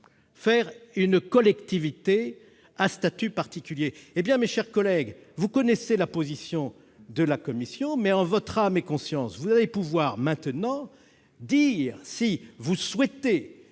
créer une collectivité à statut particulier. Eh bien, mes chers collègues, vous connaissez la position de la commission, mais, en votre âme et conscience, vous allez pouvoir maintenant dire si vous souhaitez